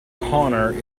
connor